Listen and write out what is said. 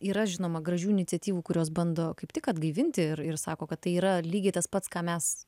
yra žinoma gražių iniciatyvų kurios bando kaip tik atgaivinti ir ir sako kad tai yra lygiai tas pats ką mes